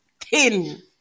thin